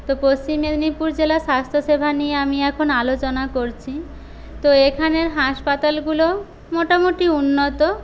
তো পশ্চিম মেদিনীপুর জেলার স্বাস্থ্যসেবা নিয়ে আমি এখন আলোচনা করছি তো এখানের হাসপাতালগুলো মোটামোটি উন্নত